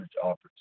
opportunities